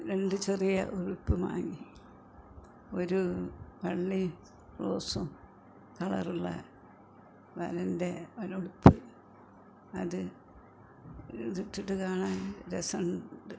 രണ്ട് ചെറിയ ഉടുപ്പ് വാങ്ങി ഒരൂ വെള്ളയും റോസും കളറുള്ള വിലൻ്റെ ഒരു ഉടുപ്പ് അത് ഇട്ടിട്ടു കാണാൻ രസമുണ്ട്